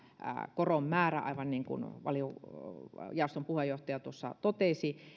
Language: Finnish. koron määrä aivan niin kuin jaoston puheenjohtaja tuossa totesi